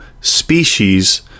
species